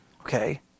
Okay